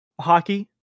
hockey